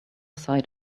side